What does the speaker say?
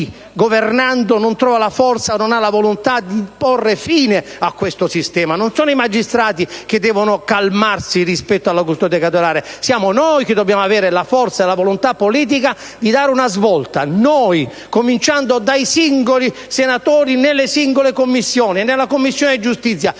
governando, non trova la forza, non ha la volontà di porre fine a questo sistema? Non sono i magistrati che devono «calmarsi» rispetto alla custodia cautelare, siamo noi che dobbiamo avere la forza e la volontà politica di dare una svolta. Noi, cominciando dai singoli senatori nelle singole Commissioni. Se qualcuno invece